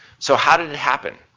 so how did it happen?